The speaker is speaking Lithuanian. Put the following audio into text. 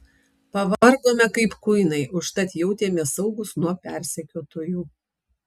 pavargome kaip kuinai užtat jautėmės saugūs nuo persekiotojų